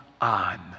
on